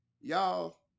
y'all